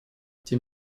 тем